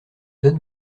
donne